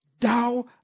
Thou